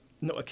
No